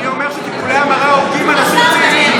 אני אומר שטיפולי המרה הורגים אנשים צעירים,